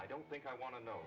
i don't think i want to know